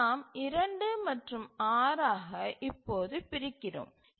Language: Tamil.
அதை நாம் 2 மற்றும் 6 ஆக இப்போது பிரிக்கிறோம்